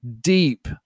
deep